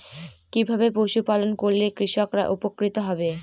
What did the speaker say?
কিভাবে পশু পালন করলেই কৃষকরা উপকৃত হবে?